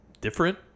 different